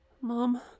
Mom